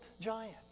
giant